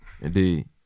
Indeed